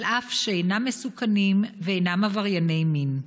אף שאינם מסוכנים ואינם עברייני מין.